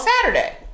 Saturday